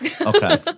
Okay